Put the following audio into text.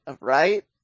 Right